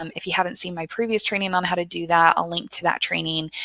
um if you haven't seen my previous training on how to do that, i'll link to that training